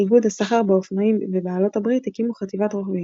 איגוד הסחר באופנועים ובעלות הברית הקימו חטיבת רוכבים